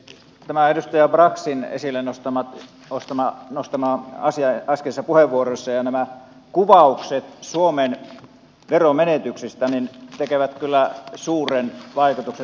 tämä edustaja braxin esille nostama asia äskeisessä puheenvuorossa ja nämä kuvaukset suomen veromenetyksistä tekevät kyllä suuren vaikutuksen